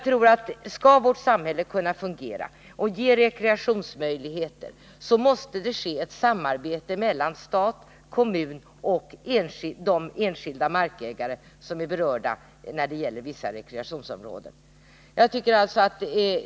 Skall vårt samhälle kunna fungera och ge rekreationsmöjligheter, måste det ske ett samarbete mellan stat, kommuner och de enskilda markägare som är berörda när det gäller vissa rekreationsområden.